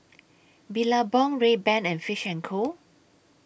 Billabong Rayban and Fish and Co